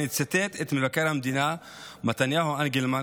אני אצטט את מבקר המדינה מתניהו אנגלמן.